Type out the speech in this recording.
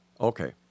Okay